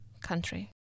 country